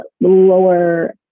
lower